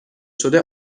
شده